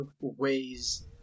ways